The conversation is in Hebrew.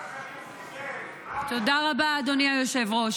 תודה רבה, אדוני היושב-ראש.